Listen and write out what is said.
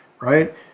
Right